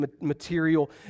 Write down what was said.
material